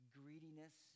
greediness